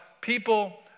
people